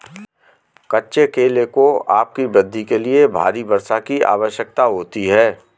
कच्चे केले को अपनी वृद्धि के लिए भारी वर्षा की आवश्यकता होती है